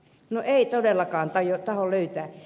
no ei todellakaan tahdo löytää